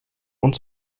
und